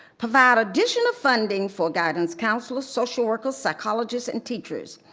provide additional funding for guidance counselors, social workers, psychologists, and teachers.